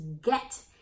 get